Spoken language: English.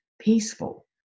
peaceful